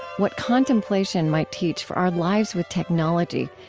what contemplation might teach for our lives with technology,